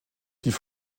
die